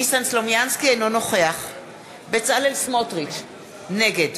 אינו נוכח בצלאל סמוטריץ, נגד